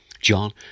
John